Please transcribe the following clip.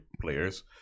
players